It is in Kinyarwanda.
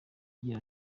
agira